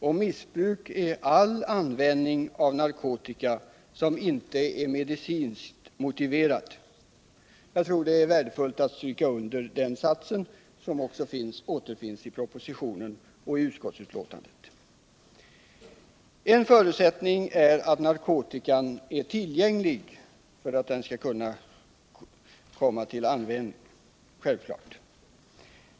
Och missbruk är all användning av narkotika som inte är medicinskt motiverad. 157 Jag tror det är värdefullt att stryka under den satsen, som också återfinns i En förutsättning för att narkotikan skall kunna komma till användning är att den är tiligänglig.